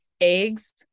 eggs